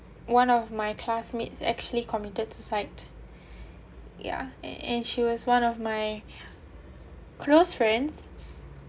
one of my classmates actually committed suicide yeah and and she was one of my close friends